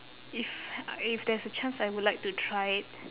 if if there's a chance I would like to try it